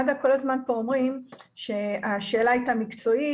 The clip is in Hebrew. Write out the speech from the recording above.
מד"א כל הזמן אומרים שהשאלה הייתה מקצועית.